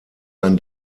ein